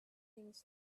things